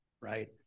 Right